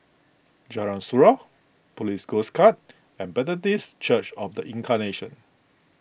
Jalan Surau Police Coast Guard and Methodist Church of the Incarnation